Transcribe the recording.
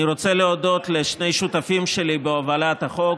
אני רוצה להודות לשני השותפים שלי בהובלת החוק,